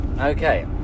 Okay